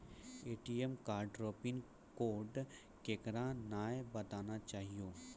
ATM card रो PIN code केकरै नाय बताना चाहियो